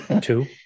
Two